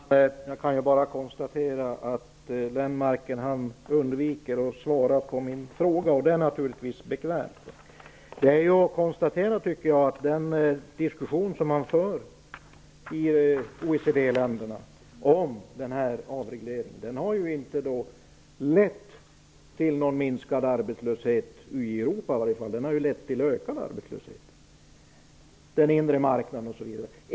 Herr talman! Jag kan bara konstatera att Lennmarker undviker att svara på min fråga. Det är naturligtvis bekvämt. Den diskussion som förs i OECD-länderna om avreglering har inte lett till någon minskad arbetslöshet i Europa. I stället har den inre marknaden lett till ökad arbetslöshet.